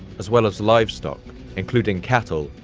as well as livestock including cattle,